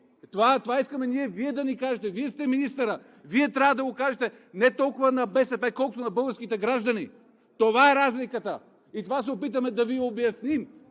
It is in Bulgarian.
Това искаме Вие да ни кажете – Вие сте министърът, Вие трябва да го кажете не толкова на БСП, колкото на българските граждани. Това е разликата и това се опитваме да Ви обясним.